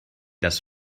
das